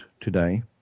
today